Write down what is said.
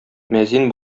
мәзин